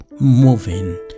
moving